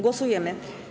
Głosujemy.